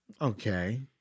Okay